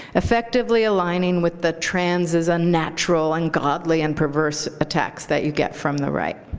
effectively, aligning with the trans is unnatural, ungodly, and perverse attacks that you get from the right.